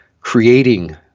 creating